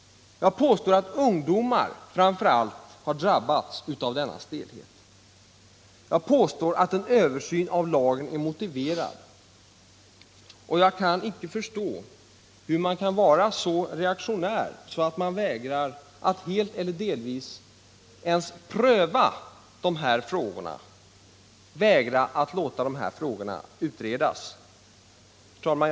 Jag påstår att ungdomar framför allt har Onsdagen den drabbats av denna stelhet. Jag påstår att en översyn av lagen är motiverad 23 november 1977 och jag kan icke förstå hur man kan vara så reaktionär att man vägrar LL att helt eller delvis ens pröva dessa frågor, vägrar att låta dem utredas. — Anställningsskydd, Herr talman!